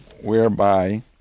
whereby